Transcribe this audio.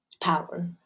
power